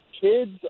kids